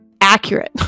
accurate